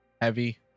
heavy